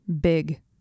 big